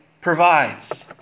provides